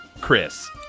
Chris